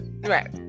Right